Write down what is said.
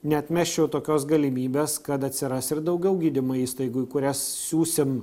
neatmesčiau tokios galimybės kad atsiras ir daugiau gydymo įstaigų į kurias siųsim